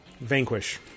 Vanquish